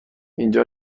اینجا